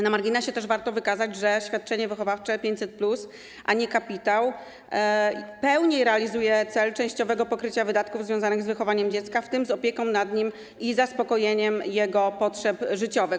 Na marginesie też warto wykazać, że świadczenie wychowawcze 500+, a nie kapitał, pełniej realizuje cel częściowego pokrycia wydatków związanych z wychowaniem dziecka, w tym z opieką nad nim i zaspokojeniem jego potrzeb życiowych.